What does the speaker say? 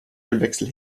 ölwechsel